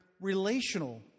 relational